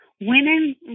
women